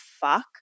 fuck